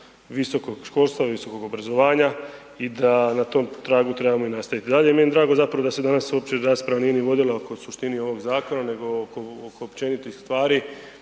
visokog školstva, visokog obrazovanja i da na tom tragu trebamo nastaviti dalje. I meni je drago da se zapravo danas uopće rasprava nije ni vodila oko suštine ovog zakon nego oko općenitih stvari